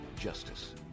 Justice